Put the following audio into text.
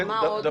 כל